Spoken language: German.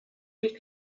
sich